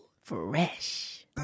Fresh